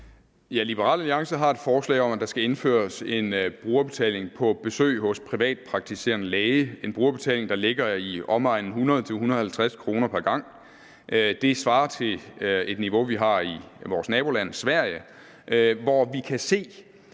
Liberal Alliance har et forslag om, at der skal indføres en brugerbetaling på besøg hos privatpraktiserende læge – en brugerbetaling, der ligger på i omegnen af 100-150 kr. pr. gang. Det svarer til det niveau, de har i vores naboland Sverige, hvor vi kan se,